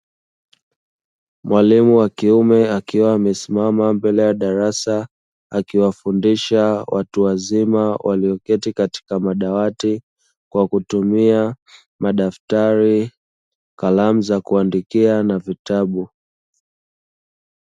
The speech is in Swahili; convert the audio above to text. Mwalimu wa kiume, akiwa amesimama mbele ya darasa akiwafundisha watu wazima, walioketi katika madawati kwa kutumia madaftari, kalamu za kuandikia na vitabu.